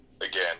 again